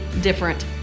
different